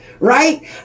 Right